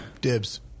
Dibs